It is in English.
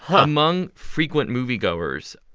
among frequent moviegoers,